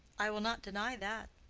i will not deny that,